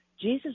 Jesus